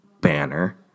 Banner